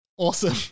awesome